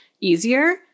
easier